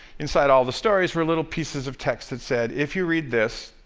inside all the stories were little pieces of text that said, if you read this,